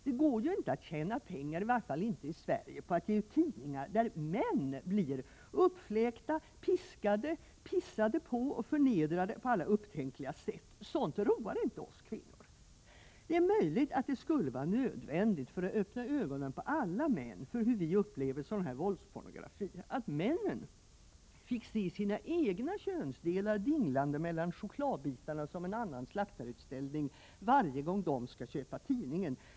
Det går ju inte att tjäna pengar, i varje fall inte i Sverige, på att ge ut tidningar där män blir uppfläkta, piskade, pissade på, och förnedrade på alla upptänkliga sätt. Sådant roar inte oss kvinnor. Det är möjligt att det skulle vara nödvändigt för att öppna ögonen på alla män för hur vi upplever sådan här våldspornografi att männen fick se sina egna könsdelar dinglande mellan chokladbitarna, som en annan slaktarutställning, varje gång de skall köpa tidningen.